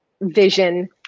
vision